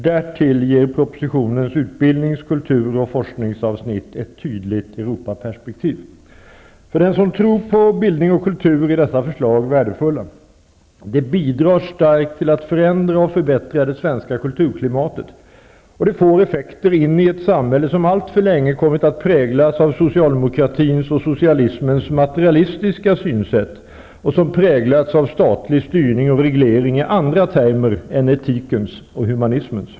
Därtill ger propositionens utbildnings-, kultur och forskningsavsnitt ett tydligt Europaperspektiv. För den som tror på utbildning och kultur är dessa förslag värdefulla. De bidrar starkt till att förändra och förbättra det svenska kulturklimatet. De får effekter i ett samhälle som alltför länge kommit att präglas av socialdemokratins och socialismens materialistiska synsätt och som präglats av statlig styrning och reglering i andra termer än etikens och humanismens.